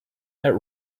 that